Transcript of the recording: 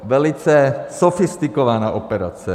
Velice sofistikovaná operace.